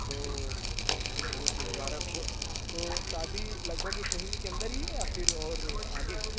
तो बहुत बहुत मुबारक़ हो तो शादी लगभग एक महीने के अंदर ही है या फिर और आगे है